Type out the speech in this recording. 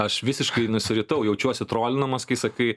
aš visiškai nusiritau jaučiuosi trolinamas kai sakai